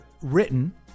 written